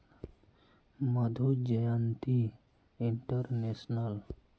Madhu Jayanti international